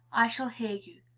i shall hear you.